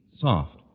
soft